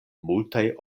multaj